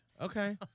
Okay